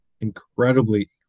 incredibly